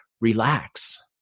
Relax